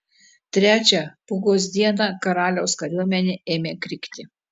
trečią pūgos dieną karaliaus kariuomenė ėmė krikti